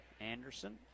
Anderson